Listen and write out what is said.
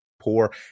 poor